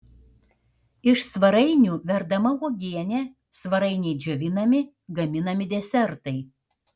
iš svarainių verdama uogienė svarainiai džiovinami gaminami desertai